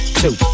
two